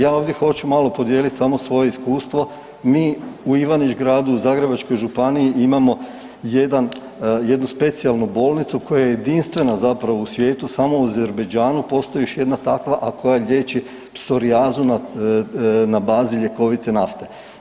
Ja ovdje hoću malo podijelit samo svoje iskustvo, mi u Ivanić-Gradu, u Zagrebačkoj županiji imamo jednu specijalnu bolnicu koja je jedinstvena zapravo u svijetu, samo u Azerbajdžanu postoji još jedna takva a koja liječi psorijazu na bazi ljekovite nafte.